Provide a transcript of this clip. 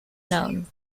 known